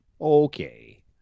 Okay